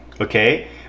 okay